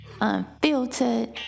unfiltered